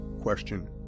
question